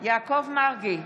יעקב מרגי,